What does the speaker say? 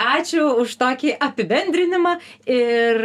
ačiū už tokį apibendrinimą ir